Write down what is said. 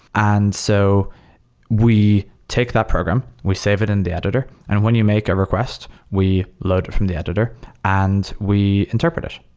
and so we take the program. we save it in the editor. and when you make a request, we load it from the editor and we interpret it.